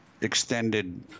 extended